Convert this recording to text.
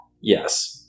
yes